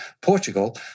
Portugal